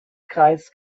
kreis